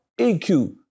EQ